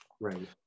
right